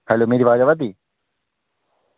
hello मेरी वाज़ आवा दी